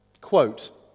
Quote